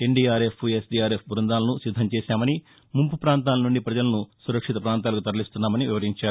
ఎన్ D R F S D R F బృందాలను సిద్దం చేశామని ముంపు ప్రాంతాల నుండి పజలను సురక్షిత ప్రాంతాలకు తరలిస్తున్నామని వివరించారు